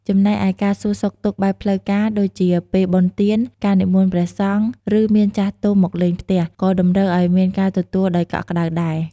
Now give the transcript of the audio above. ចំណែកឯការសួរសុខទុក្ខបែបផ្លូវការ ដូចជា ពេលបុណ្យទាន ការនិមន្តព្រះសង្ឃ ឬ មានចាស់ទុំមកលេងផ្ទះ ក៏តម្រូវឱ្យមានការទទួលដោយកក់ក្ដៅដែរ។